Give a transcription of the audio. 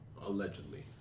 allegedly